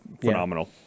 phenomenal